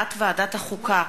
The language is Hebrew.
החלטת ועדת החוקה,